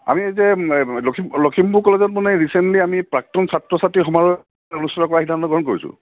আমি যে লখিম লখিমপুৰ কলেজত মানে ৰিচেণ্টলি আমি প্ৰাক্তন ছাত্ৰ ছাত্ৰী সমাৰোহ অনুষ্ঠিত কৰাৰ সিদ্ধান্ত গ্ৰহণ কৰিছোঁ